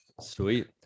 sweet